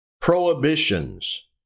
prohibitions